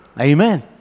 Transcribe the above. Amen